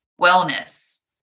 wellness